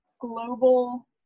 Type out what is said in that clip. global